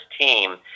team